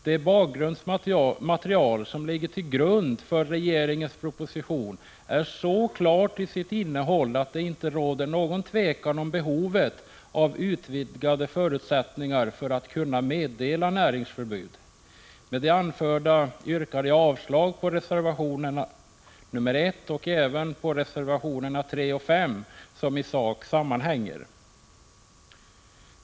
Det bakgrundsmaterial som regeringens proposition bygger på är så klart till sitt innehåll att det inte råder någon tvekan om behovet av utvidgade förutsättningar för att kunna meddela näringsförbud. Med det anförda yrkar jag avslag på reservation nr 1 och även på reservationerna nr 3 och 5 som i sak hänger samman.